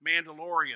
Mandalorian